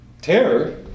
terror